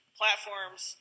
platforms